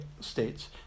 states